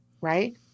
Right